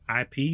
IP